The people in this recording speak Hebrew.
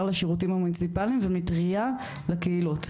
לשירותים המוניציפליים ומטריה לקהילות,